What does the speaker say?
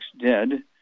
dead